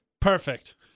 Perfect